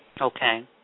Okay